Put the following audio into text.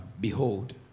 behold